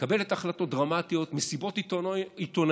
מקבלת החלטות דרמטיות, מסיבות עיתונאים